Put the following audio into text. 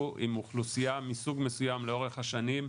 עם אוכלוסייה מסוג מסוים לאורך השנים,